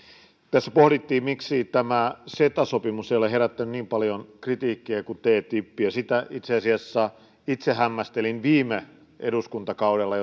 tässä pohdittiin miksi tämä ceta sopimus ei ole herättänyt niin paljon kritiikkiä kuin ttip ja sitä itse asiassa itse hämmästelin viime eduskuntakaudella